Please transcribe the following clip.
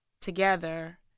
together